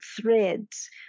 threads